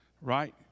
right